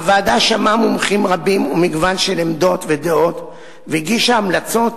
הוועדה שמעה מומחים רבים ומגוון של עמדות ודעות והגישה המלצות,